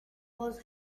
was